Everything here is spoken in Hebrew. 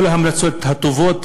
כל ההמלצות הטובות,